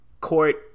court